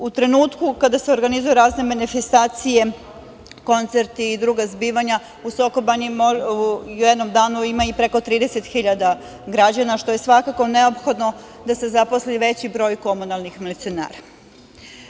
U trenutku kada se organizuju razne manifestacije, koncerti i druga zbivanja, u Soko Banji u jednom danu ima i preko 30.000 građana, što je svakako neophodno da se zaposli veći broj komunalnih milicionera.